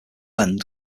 blend